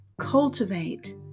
cultivate